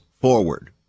forward